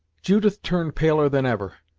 judith turned paler than ever,